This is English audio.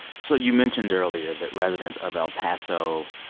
so you mentioned earlier that residents of el paso,